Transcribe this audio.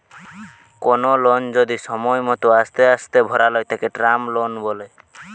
কোনো লোন যদি সময় মতো আস্তে আস্তে ভরালয় তাকে টার্ম লোন বলে